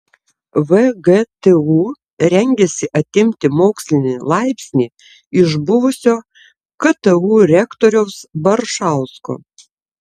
vgtu rengiasi atimti mokslinį laipsnį iš buvusio ktu rektoriaus baršausko